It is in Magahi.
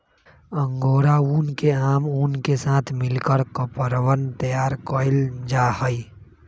अंगोरा ऊन के आम ऊन के साथ मिलकर कपड़वन तैयार कइल जाहई